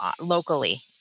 locally